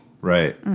right